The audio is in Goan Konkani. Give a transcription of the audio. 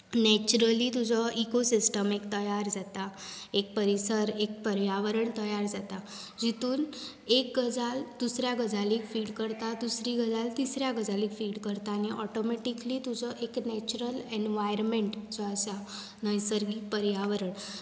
नॅच्युरली तुजो इकोसिस्टम एक तयार जाता एक परिसर एक पर्यावरण तयार जाता जातूंत एक गजाल दुसऱ्या गजालीक फीड करता दुसरी गजाल तिसऱ्या गजालीक फीड करता आनी ऑटोमेटकली तुजो एक नॅच्युरल एनवायरोमेंट जो आसा नैसर्गीक पर्यावरण